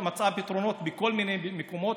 היא מצאה פתרונות בכל מיני מקומות,